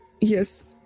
Yes